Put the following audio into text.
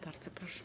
Bardzo proszę.